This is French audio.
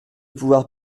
pouvoir